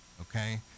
okay